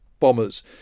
Bombers